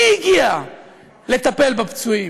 מי הגיע לטפל בפצועים?